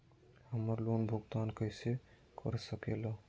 हम्मर लोन भुगतान कैसे कर सके ला?